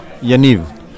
Yaniv